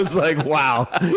like, wow.